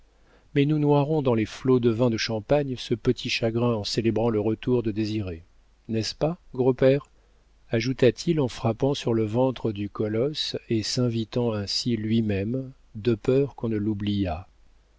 mais nous noierons dans les flots de vin de champagne ce petit chagrin en célébrant le retour de désiré n'est-ce pas gros père ajouta-t-il en frappant sur le ventre du colosse et s'invitant ainsi lui-même de peur qu'on ne l'oubliât